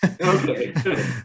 Okay